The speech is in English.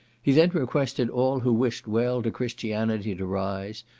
he then requested all who wished well to christianity to rise,